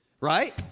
right